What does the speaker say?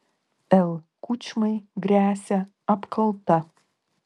l kučmai gresia apkalta